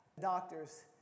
Doctors